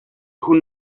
who